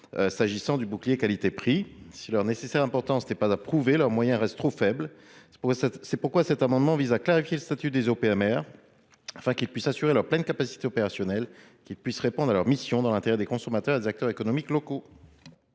s’agissant du bouclier qualité prix. Si leur nécessité et leur importance ne sont pas à prouver, leurs moyens restent trop faibles. C’est pourquoi cet amendement vise à clarifier le statut des OPMR, afin qu’ils puissent disposer de leur pleine capacité opérationnelle et accomplir leurs missions, dans l’intérêt des consommateurs et des acteurs économiques locaux.